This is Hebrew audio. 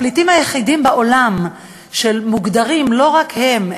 הפליטים היחידים בעולם שמוגדרים לא רק הם,